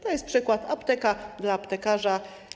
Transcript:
To jest przykład: „apteka dla aptekarza”